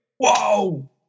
whoa